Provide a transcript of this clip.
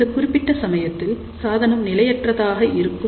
இந்த குறிப்பிட்ட சமயத்தில் சாதனம் நிலையற்றதாக இருக்கும்